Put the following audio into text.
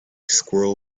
squirrel